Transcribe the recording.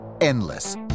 Endless